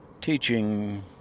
teaching